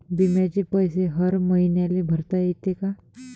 बिम्याचे पैसे हर मईन्याले भरता येते का?